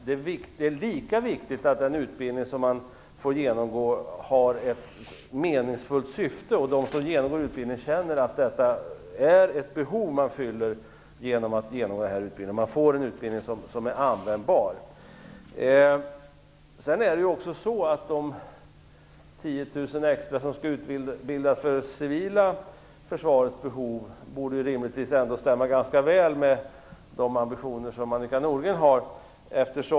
Det är lika viktigt att den utbildning som man får genomgå har ett meningsfullt syfte och att de som genomgår utbildningen känner att de fyller ett behov och att de får en utbildning som är användbar. Sedan är det också så att de 10 000 extra som skall utbildas för det civila försvarets behov rimligtvis borde stämma ganska väl med de ambitioner som Annika Nordgren har.